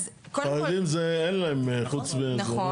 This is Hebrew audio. חרדים אין להם חוץ מזה.